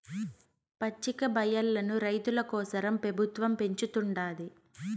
పచ్చికబయల్లను రైతుల కోసరం పెబుత్వం పెంచుతుండాది